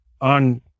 on